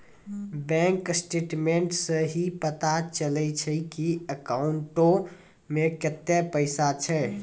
bank statements सं ही पता चलै छै की अकाउंटो मे कतै पैसा छै